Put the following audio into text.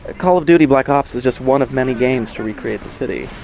ah call of duty black ops is just one of many games to recreate the city.